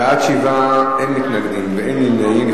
בעד, 7, אין מתנגדים, אין נמנעים.